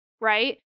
right